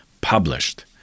published